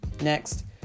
Next